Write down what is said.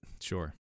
Sure